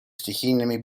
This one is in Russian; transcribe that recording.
стихийными